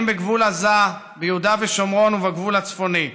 בגבול עזה ויהודה ושומרון ובגבול הצפוני.